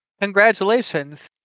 Congratulations